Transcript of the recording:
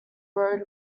road